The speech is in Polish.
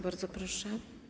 Bardzo proszę.